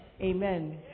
Amen